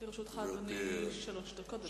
לרשותך, אדוני, שלוש דקות.